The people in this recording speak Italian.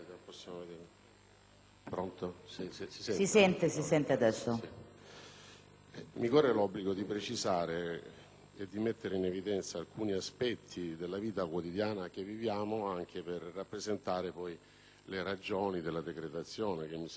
mi corre l'obbligo di precisare e di mettere in evidenza alcuni aspetti della vita quotidiana, anche per rappresentare le ragioni della decretazione che mi sembra sia stata oggetto di approfondito dibattito sino a questo momento.